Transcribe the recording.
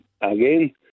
again